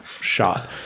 shot